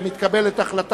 מתנגד אחד,